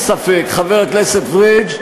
אין לי ספק, חבר הכנסת פריג',